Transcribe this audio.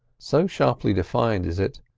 so sharply defined is it,